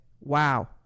Wow